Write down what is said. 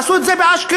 יעשו את זה באשקלון,